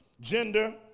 gender